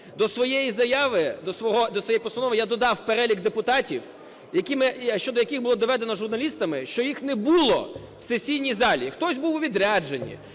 до своєї заяви… до своєї постанови я додав перелік депутатів, щодо яких було доведено журналістами, що їх не було в сесійній залі: хтось був у відрядженні,